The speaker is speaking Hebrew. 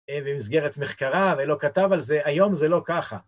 במסגרת מחקריו ולא כתב על זה, היום זה לא ככה.